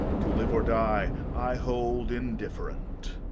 to live or die i hold indifferent.